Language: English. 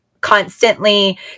constantly